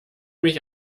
mich